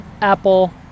Apple